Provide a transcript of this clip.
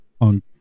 on